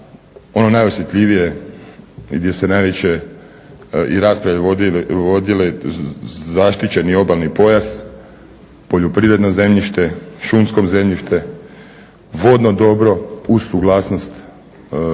ono najosjetljivije gdje su najveće i rasprave vodile, zaštićeni obalni pojas, poljoprivredno zemljište, šumsko zemljište, vodno dobro uz suglasnost